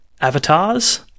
avatars